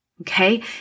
Okay